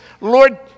Lord